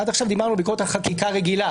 עד עכשיו דיברנו על ביקורת על חקיקה רגילה,